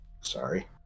Sorry